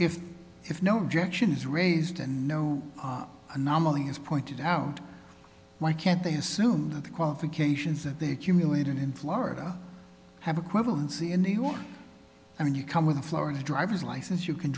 if if no objection is raised and no anomaly is pointed out why can't they assume that the qualifications that they accumulated in florida have equivalency in new york i mean you come with florida driver's license you can